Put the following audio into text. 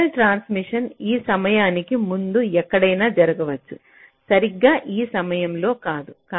signal transmission ఈ సమయానికి ముందు ఎక్కడైనా జరగవచ్చు సరిగ్గా ఈ సమయంలో కాదు